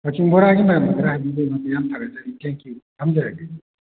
ꯀꯛꯆꯤꯡ ꯕꯣꯔꯥꯒꯤ ꯃꯔꯝꯗ ꯈꯔ ꯍꯥꯏꯕꯤꯕꯒꯤ ꯗꯃꯛꯇ ꯌꯥꯝ ꯊꯥꯒꯠꯆꯔꯤ ꯊꯦꯡ ꯌꯨ ꯊꯝꯖꯔꯒꯦ